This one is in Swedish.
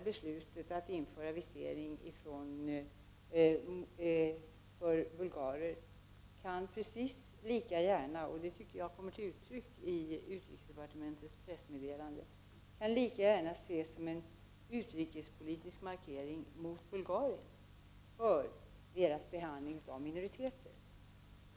Beslutet att införa viseringstvång för bulgarer kan lika gärna — det tycker jag kommer till uttryck i utrikesdepartementets pressmeddelande — ses som en utrikespolitisk markering mot Bulgarien för bulgariska myndigheters behandling av minoriteter.